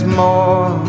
more